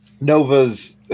Nova's